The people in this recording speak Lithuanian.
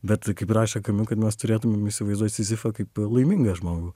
bet kaip rašė kad mes turėtumėm įsivaizduot sizifą kaip laimingą žmogų